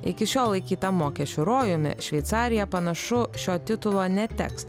iki šiol laikyta mokesčių rojumi šveicarija panašu šio titulo neteks